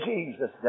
Jesus